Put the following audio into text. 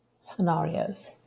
scenarios